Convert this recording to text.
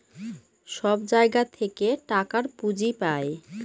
সব জায়গা থেকে টাকার পুঁজি পাই